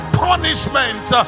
punishment